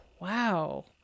Wow